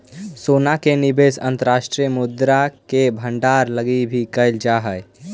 सोना के निवेश अंतर्राष्ट्रीय मुद्रा के भंडारण लगी भी कैल जा हई